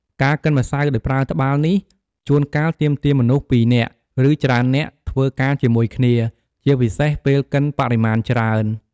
ការកិនម្សៅដោយប្រើត្បាល់នេះ ជួនកាលទាមទារមនុស្សពីរនាក់ ឬច្រើននាក់ធ្វើការជាមួយគ្នា ជាពិសេសពេលកិនបរិមាណច្រើន។